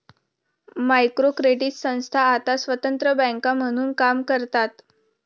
micro credit संस्था आता स्वतंत्र बँका म्हणून काम करतात